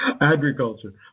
agriculture